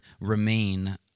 remain